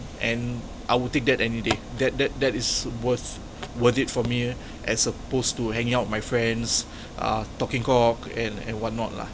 and I would take that any day that that that is worth worth it for me as opposed to hanging out with my friends uh talking cock and and what not lah